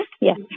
Yes